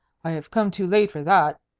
i have come too late for that!